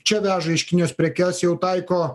čia veža iš kinijos prekes jau taiko